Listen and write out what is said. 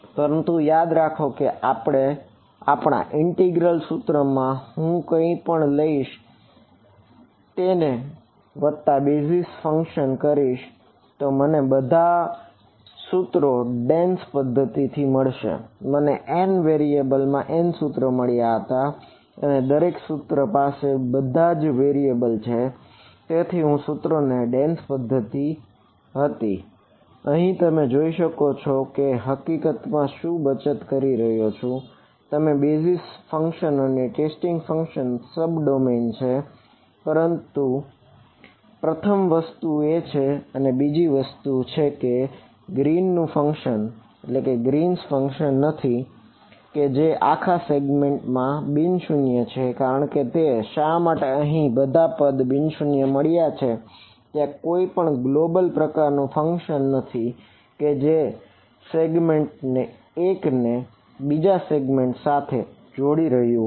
પરંતુ યાદ રાખો કે આપણા ઇન્ટિગ્રલ સાથે જોડી રહ્યું હોય